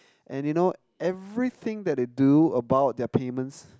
and you know everything that they do about their payments